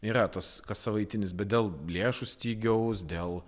yra tas kas savaitinis bet dėl lėšų stygiaus dėl